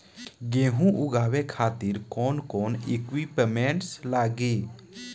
गेहूं उगावे खातिर कौन कौन इक्विप्मेंट्स लागी?